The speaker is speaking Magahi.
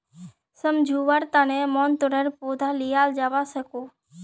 सम्झुआर तने मतरेर पौधा लियाल जावा सकोह